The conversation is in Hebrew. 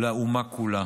לאומה כולה